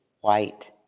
white